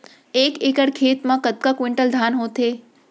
एक एकड़ खेत मा कतका क्विंटल धान होथे?